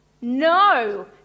No